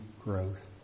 growth